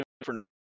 different